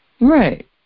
Right